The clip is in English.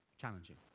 challenging